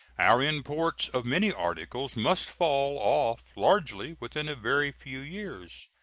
our imports of many articles must fall off largely within a very few years.